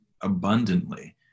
abundantly